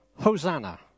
Hosanna